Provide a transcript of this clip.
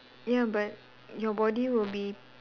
ya but your body will be